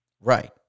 Right